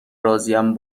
راضیم